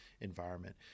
environment